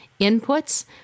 inputs